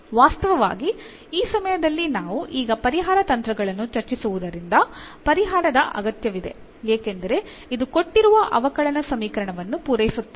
ವಾಸ್ತವವಾಗಿ ಈ ಸಮಯದಲ್ಲಿ ನಾವು ಈಗ ಪರಿಹಾರ ತಂತ್ರಗಳನ್ನು ಚರ್ಚಿಸುವುದರಿಂದ ಪರಿಹಾರದ ಅಗತ್ಯವಿದೆ ಏಕೆಂದರೆ ಇದು ಕೊಟ್ಟಿರುವ ಅವಕಲನ ಸಮೀಕರಣವನ್ನು ಪೂರೈಸುತ್ತದೆ